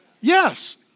yes